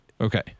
Okay